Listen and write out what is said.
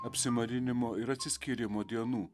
apsimarinimo ir atsiskyrimo dienų